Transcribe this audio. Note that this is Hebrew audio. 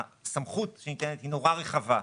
שהסמכות שניתנת היא מאוד רחבה.